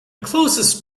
closest